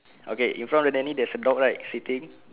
okay in front of the nanny there's a dog right sitting